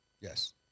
Yes